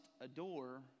adore